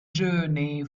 journey